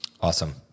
Awesome